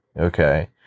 okay